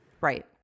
Right